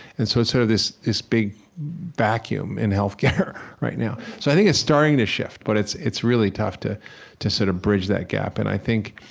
and so it's sort of this big vacuum in healthcare right now. so i think it's starting to shift, but it's it's really tough to to sort of bridge that gap, and i think,